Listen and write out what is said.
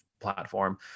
platform